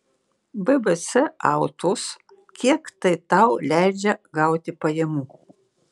bbc autos kiek tai tau leidžia gauti pajamų